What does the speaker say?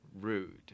rude